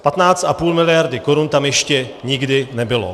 15,5 mld. korun tam ještě nikdy nebylo.